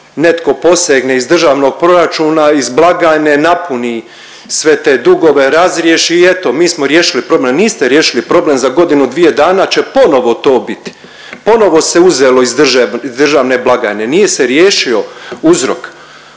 netko posegne iz državnog proračuna, iz blagajne napuni sve te dugove, razriješi i eto mi smo riješili problem. Niste riješili problem. Za godinu, dvije dana će ponovo to biti. Ponovo se uzelo iz državne blagajne, nije se riješio uzrok.